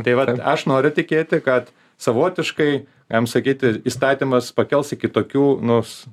tai vat aš noriu tikėti kad savotiškai galim sakyti įstatymas pakels iki tokių nus